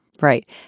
Right